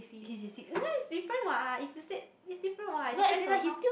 he's J_C it's different lah if you said it's different what it depends on how